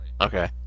Okay